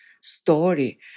story